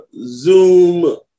zoom